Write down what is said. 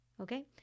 okay